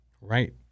Right